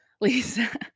Lisa